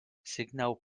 sygnał